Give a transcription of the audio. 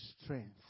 strength